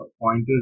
pointers